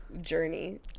journey